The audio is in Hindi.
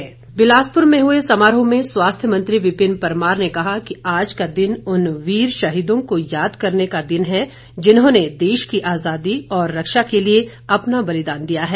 बिलासपुर समारोह बिलासपुर में हुए समारोह में स्वास्थ्य मंत्री विपिन परमार ने कहा कि आज का दिन उन वीर शहीदों को याद करने का दिन है जिन्होंने देश की आज़ादी और रक्षा के लिए अपना बलिदान दिया है